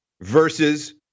versus